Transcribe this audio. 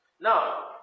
Now